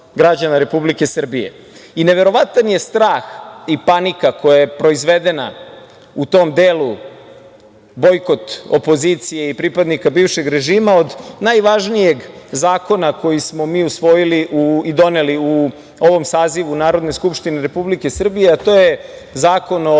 Srbije. Neverovatan je strah i panika koja je proizvedena u tom delu bojkot opozicije i pripadnika bivšeg režima od najvažnijeg zakona koji smo mi usvojili i doneli u ovom sazivu u Narodnoj skupštini Republike Srbije, a to je Zakon o